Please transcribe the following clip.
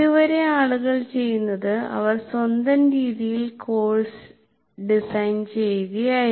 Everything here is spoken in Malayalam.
ഇതുവരെ ആളുകൾ ചെയ്യുന്നത് അവർ സ്വന്തം രീതിയിൽ കോഴ്സ് രൂപകൽപ്പന ചെയ്യുകയായിരുന്നു